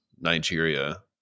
nigeria